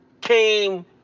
came